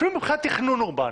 אפילו מבחינת תכנון אורבני,